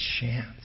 chance